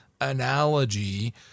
analogy